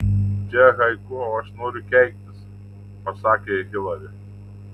čia haiku o aš noriu keiktis pasakė hilari